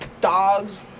dogs